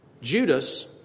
Judas